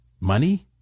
money